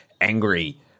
angry